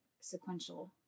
sequential